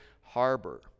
harbor